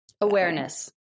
Awareness